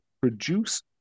produce